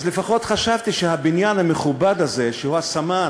אז לפחות חשבתי שהבניין המכובד הזה, שהוא הסמן